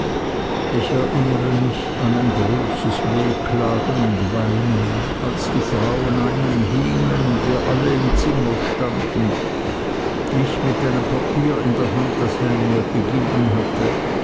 ich erinnere mich an ein großes wehklagen und weinen als die frauen an ihm hingen und wir alle im zimmer standen ich mit einem papier in der hand das ham mir gegeben hatte